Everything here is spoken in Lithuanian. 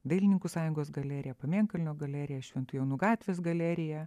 dailininkų sąjungos galerija pamėnkalnio galerija šventų jonų gatvės galerija